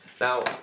Now